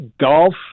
golf